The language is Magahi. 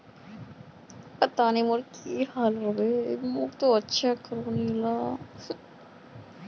पोल्ट्रीर मांस भारतत सबस लोकप्रिय मांस छिके